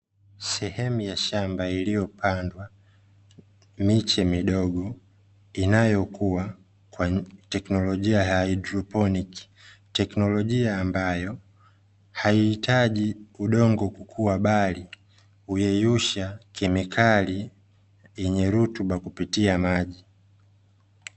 Sehemu ya shamba iliyopandwa miche midogo inayokua kwa teknolojia ya haidroponiki. Teknolojia ambayo haihitaji udongo kukua, bali huyeyusha kemikali yenye rutuba kupitia maji.